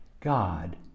God